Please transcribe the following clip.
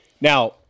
Now